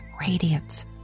radiance